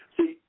See